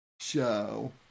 show